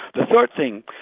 the third thing,